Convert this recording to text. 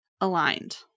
aligned